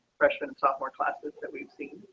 freshman and sophomore classes that we've seen.